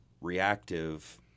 reactive